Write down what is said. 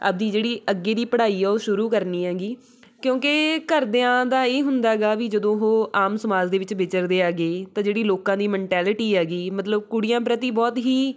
ਆਪਦੀ ਜਿਹੜੀ ਅੱਗੇ ਦੀ ਪੜ੍ਹਾਈ ਆ ਉਹ ਸ਼ੁਰੂ ਕਰਨੀ ਹੈਗੀ ਕਿਉਂਕਿ ਘਰਦਿਆਂ ਦਾ ਇਹ ਹੁੰਦਾ ਗਾ ਵੀ ਜਦੋਂ ਉਹ ਆਮ ਸਮਾਜ ਦੇ ਵਿੱਚ ਵਿਚਰਦੇ ਹੈਗੇ ਤਾਂ ਜਿਹੜੀ ਲੋਕਾਂ ਦੀ ਮੈਂਟੈਲਿਟੀ ਹੈਗੀ ਮਤਲਬ ਕੁੜੀਆਂ ਪ੍ਰਤੀ ਬਹੁਤ ਹੀ